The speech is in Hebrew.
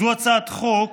זו הצעת חוק